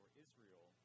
Israel